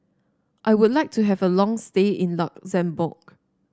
I would like to have a long stay in Luxembourg